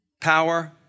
power